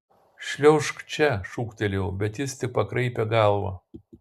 šliaužk čia šūktelėjau bet jis tik pakraipė galvą